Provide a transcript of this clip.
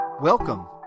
Welcome